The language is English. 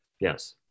Yes